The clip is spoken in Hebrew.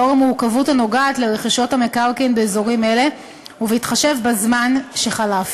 לאור המורכבות הנוגעת לרכישות המקרקעין באזורים אלה ובהתחשב בזמן שחלף.